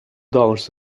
dollars